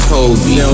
Kobe